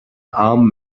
armed